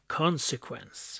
consequence